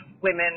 women